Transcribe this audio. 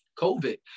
COVID